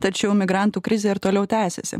tačiau migrantų krizė ir toliau tęsiasi